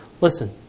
Listen